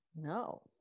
No